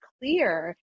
clear